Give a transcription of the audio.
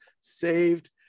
saved